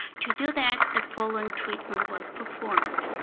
to do that, the full and treatment was performed.